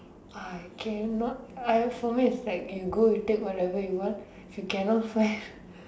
!wah! I cannot I for me is like you go take whatever if you cannot find